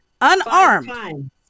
unarmed